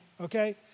okay